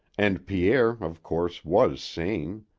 and pierre, of course, was sane.